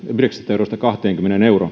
eurosta kahteenkymmeneen euroon